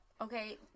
okay